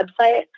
website